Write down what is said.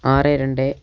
ആറ് രണ്ട്